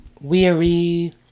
weary